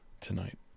tonight